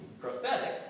prophetic